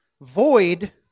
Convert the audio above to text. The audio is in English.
void